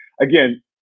again